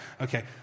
okay